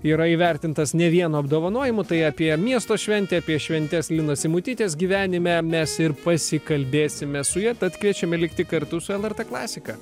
yra įvertintas ne vienu apdovanojimu tai apie miesto šventę apie šventes linos simutytės gyvenime mes ir pasikalbėsime su ja tad kviečiame likti kartu su lrt klasika